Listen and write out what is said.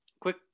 Quick